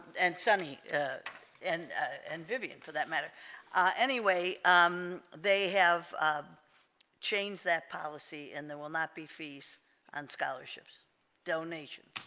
and sunny and and vivian for that matter anyway um they have changed that policy and there will not be fees on scholarships donation